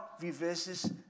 reverses